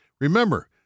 Remember